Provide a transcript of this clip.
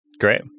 Great